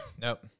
Nope